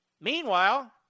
Meanwhile